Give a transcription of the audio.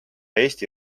eesti